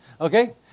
okay